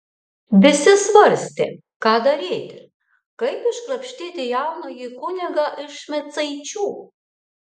visi svarstė ką daryti kaip iškrapštyti jaunąjį kunigą iš micaičių